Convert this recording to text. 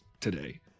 today